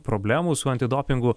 problemų su antidopingu